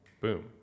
boom